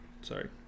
sorry